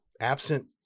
absent